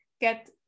get